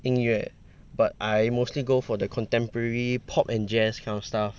音乐 but I mostly go for the contemporary pop and jazz kind of stuff